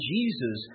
Jesus